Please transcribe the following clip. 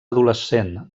adolescent